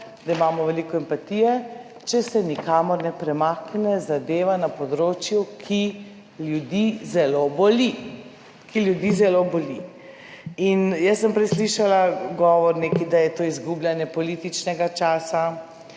da imamo veliko empatije, če se nikamor ne premakne zadeva na področju, ki ljudi zelo boli. Ki ljudi zelo boli. In jaz sem prej slišala govornika, da je to izgubljanje političnega časa,